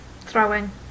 throwing